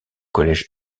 collège